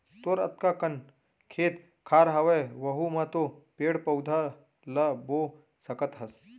तोर अतका कन खेत खार हवय वहूँ म तो पेड़ पउधा ल बो सकत हस